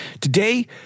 Today